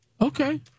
Okay